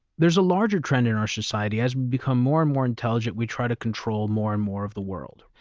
there's a larger trend in our society as become more and more intelligent, we try to control more and more of the world,